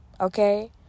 Okay